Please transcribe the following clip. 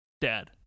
dad